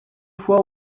fois